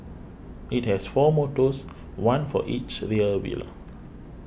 it has four motors one for each rear wheel